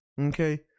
Okay